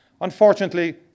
Unfortunately